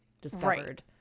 discovered